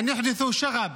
גברתי.